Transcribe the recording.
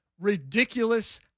ridiculous